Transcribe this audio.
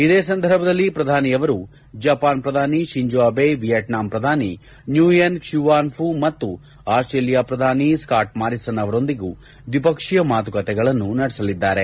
ಇದೇ ಸಂದರ್ಭದಲ್ಲಿ ಪ್ರಧಾನಮಂತ್ರಿಯವರು ಜಪಾನ್ ಪ್ರಧಾನಿ ಶಿಂಜೊ ಅಬೆ ವಿಯೇಟ್ನಾಂ ಪ್ರಧಾನಿ ನ್ನೂಯೆನ್ ಕ್ಷುವಾನ್ ಫು ಮತ್ತು ಆಸ್ಕ್ರೇಲಿಯಾ ಪ್ರಧಾನಿ ಸ್ನಾಟ್ ಮಾರಿಸನ್ ಅವರೊಂದಿಗೂ ದ್ವಿಪಕ್ಷೀಯ ಮಾತುಕತೆಗಳನ್ನು ನಡೆಸಲಿದ್ದಾರೆ